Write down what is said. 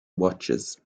watches